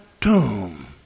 tomb